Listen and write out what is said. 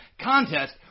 contest